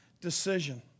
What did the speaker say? decision